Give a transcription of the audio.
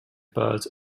bird